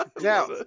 now